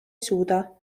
suuda